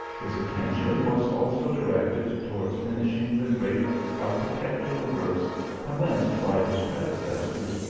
his attention was also directed towards finishing the great architectural works commenced by his predecessors,